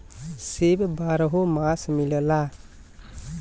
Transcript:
सेब बारहो मास मिलला